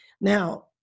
Now